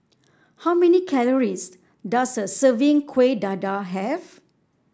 how many calories does a serving Kuih Dadar have